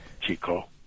Chico